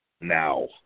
now